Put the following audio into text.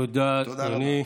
תודה רבה.